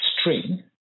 string